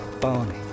Barney